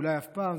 אולי אף פעם,